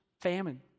Famine